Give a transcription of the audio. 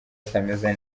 atameze